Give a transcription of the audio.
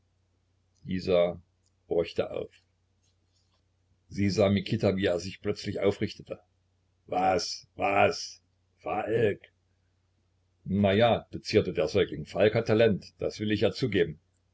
isa horchte auf sie sah mikita wie er sich plötzlich aufrichtete was was falk na ja dozierte der säugling falk hat talent das will ich ja zugeben